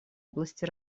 области